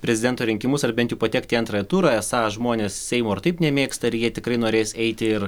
prezidento rinkimus ar bent jau patekti į antrąjį turą esą žmonės seimo ir taip nemėgsta ir jie tikrai norės eiti ir